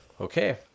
okay